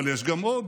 אבל יש גם עוד,